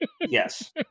Yes